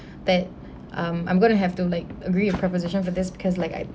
that I'm I'm going to have to like agree with proposition for this because like I